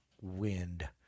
wind